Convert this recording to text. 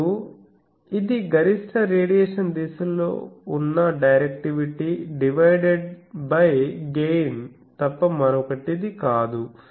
ఇప్పుడు ఇది గరిష్ట రేడియేషన్ దిశలో ఉన్న డైరెక్టివిటీ డివైడెడ్ బై గెయిన్ తప్ప మరొకటి కాదు